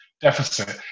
deficit